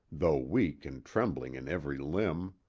though weak and trembling in every limb.